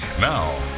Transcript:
Now